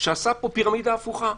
שעשה פה פירמידה הפוכה.